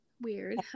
Weird